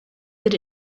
that